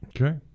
Okay